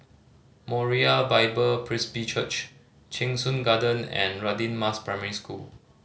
Moriah Bible Presby Church Cheng Soon Garden and Radin Mas Primary School